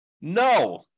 No